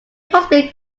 possibly